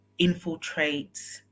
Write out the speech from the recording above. infiltrates